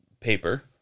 paper